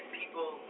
people